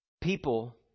People